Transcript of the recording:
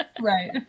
Right